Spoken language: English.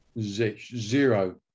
Zero